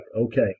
okay